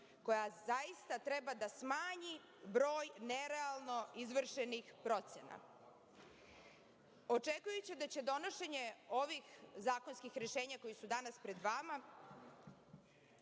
koja zaista treba da smanji broj nerealno izvršenih procena. Očekujući da će donošenje ovih zakonskih rešenja koja su danas pred vama